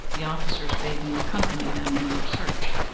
the officers bade me accompany them in their search.